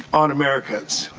on americans.